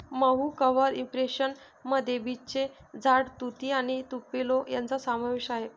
मऊ cover impression मध्ये बीचचे झाड, तुती आणि तुपेलो यांचा समावेश आहे